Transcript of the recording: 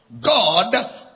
god